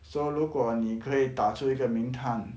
so 如果你可以打出一个名堂